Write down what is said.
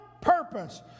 purpose